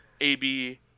AB